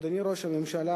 אדוני ראש הממשלה,